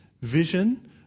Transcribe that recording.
vision